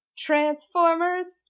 Transformers